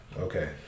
Okay